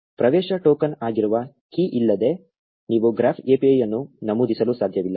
ಪ್ರವೇಶ ಟೋಕನ್ ಆಗಿರುವ ಕೀ ಇಲ್ಲದೆ ನೀವು ಗ್ರಾಫ್ API ಅನ್ನು ನಮೂದಿಸಲು ಸಾಧ್ಯವಿಲ್ಲ